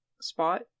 spot